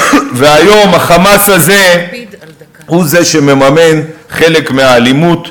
והיום ה"חמאס" הזה הוא שמממן חלק מהאלימות.